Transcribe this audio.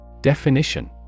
Definition